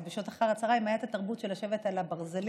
אז בשעות אחר הצוהריים הייתה התרבות של לשבת על הברזלים.